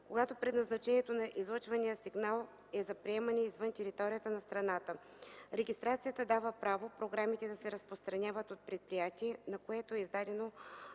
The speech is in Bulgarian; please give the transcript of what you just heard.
когато предназначението на излъчвания сигнал е за приемане извън територията на страната. Регистрацията дава право програмите да се разпространяват от предприятие, на което е издадено